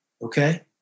okay